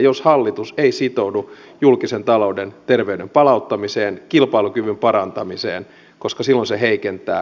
jos hallitus ei sitoudu julkisen talouden terveyden palauttamiseen kilpailukyvyn parantamiseen koska silloin se heikentää kaikkea